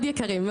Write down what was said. מאוד יקרים.